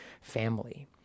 family